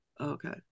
Okay